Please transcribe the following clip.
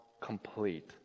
complete